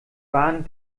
waren